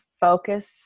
focus